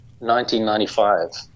1995